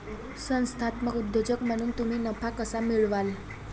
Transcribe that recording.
संस्थात्मक उद्योजक म्हणून तुम्ही नफा कसा मिळवाल?